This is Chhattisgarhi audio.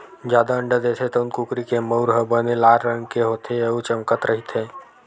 जादा अंडा देथे तउन कुकरी के मउर ह बने लाल रंग के होथे अउ चमकत रहिथे